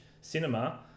Cinema